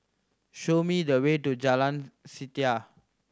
show me the way to Jalan Setia